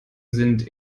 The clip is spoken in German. sind